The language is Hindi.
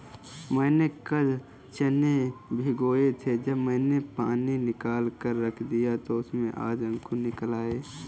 मैंने कल चने भिगोए थे जब मैंने पानी निकालकर रख दिया तो उसमें आज अंकुर निकल आए